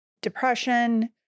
depression